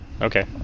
okay